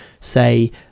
say